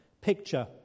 picture